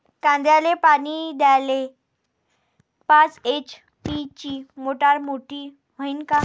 कांद्याले पानी द्याले पाच एच.पी ची मोटार मोटी व्हईन का?